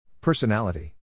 Personality